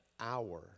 hour